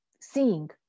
seeing